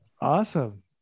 Awesome